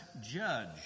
judge